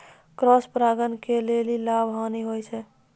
Cross परागण के की लाभ, हानि होय छै?